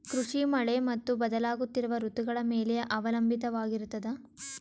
ಕೃಷಿ ಮಳೆ ಮತ್ತು ಬದಲಾಗುತ್ತಿರುವ ಋತುಗಳ ಮೇಲೆ ಅವಲಂಬಿತವಾಗಿರತದ